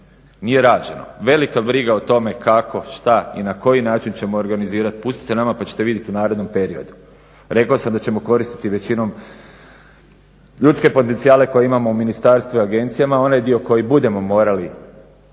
nije rađeno. Velika briga o tome kako, šta i na koji način ćemo organizirati pustite nama pa ćete vidjeti u narednom periodu. Rekao sam da ćemo koristiti većinom ljudske potencijale koje imamo u ministarstvu i agencijama. Onaj dio koji budemo morali